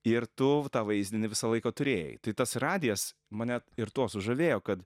ir tu tą vaizdinį visą laiką turėjai tai tas radijas mane ir tuo sužavėjo kad